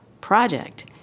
project